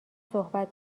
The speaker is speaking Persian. صحبت